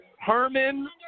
Herman